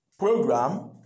program